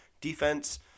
defense